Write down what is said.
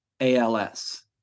ALS